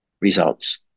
Results